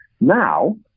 Now